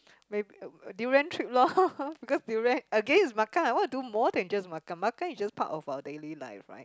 durian trip lor because durian again is makan I want to do more than just makan makan is just part of our daily life right